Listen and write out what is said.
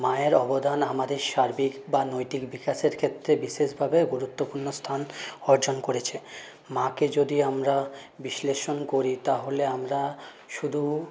মায়ের অবদান আমাদের সার্বিক বা নৈতিক বিকাশের ক্ষেত্রে বিশেষভাবে গুরুত্বপূর্ণ স্থান অর্জন করেছে মাকে যদি আমরা বিশ্লেষণ করি তাহলে আমরা শুধু